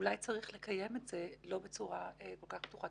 שאולי צריך לקיים את הדיון הזה לא בצורה כל כך פתוחה,